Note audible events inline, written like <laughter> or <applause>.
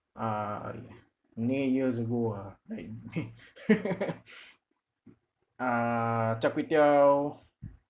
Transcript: uh nay years ago ah right nay <laughs> uh char kway teow